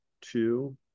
two